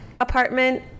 apartment